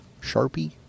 Sharpie